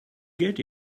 get